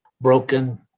broken